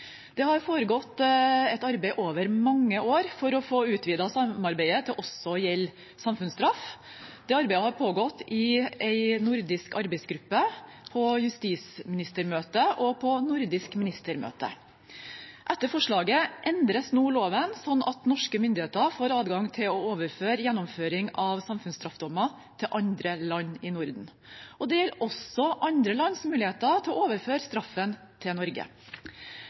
Det har foregått et arbeid over mange år for å få utvidet samarbeidet til også å gjelde samfunnsstraff. Arbeidet har pågått i en nordisk arbeidsgruppe, på justisministermøte og på Nordisk ministermøte. Etter forslaget endres nå loven slik at norske myndigheter får adgang til å overføre gjennomføring av samfunnsstraffdommer til andre land i Norden. Det gjelder også andre lands muligheter til å overføre straffen til Norge.